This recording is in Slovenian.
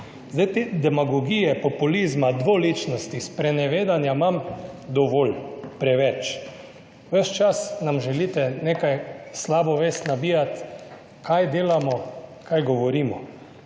Te demagogije populizma, dvoličnosti, sprenevedanja imam dovolj, preveč. Ves čas nam želite nabijati slabo vest, kaj delamo, kaj govorimo.